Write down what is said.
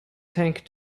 tank